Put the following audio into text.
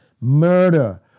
Murder